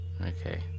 Okay